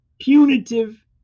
punitive